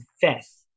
fifth